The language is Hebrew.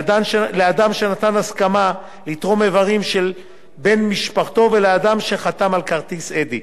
לאדם שנתן הסכמה לתרום איברים של בן-משפחתו ולאדם שחתם על כרטיס "אדי".